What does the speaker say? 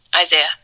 Isaiah